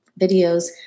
videos